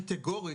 קטגורית,